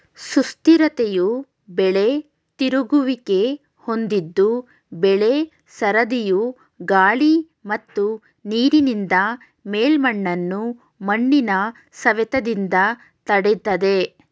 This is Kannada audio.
ಸುಸ್ಥಿರತೆಯು ಬೆಳೆ ತಿರುಗುವಿಕೆ ಹೊಂದಿದ್ದು ಬೆಳೆ ಸರದಿಯು ಗಾಳಿ ಮತ್ತು ನೀರಿನಿಂದ ಮೇಲ್ಮಣ್ಣನ್ನು ಮಣ್ಣಿನ ಸವೆತದಿಂದ ತಡಿತದೆ